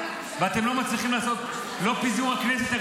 ואתם לא מצליחים לעשות את פיזור הכנסת.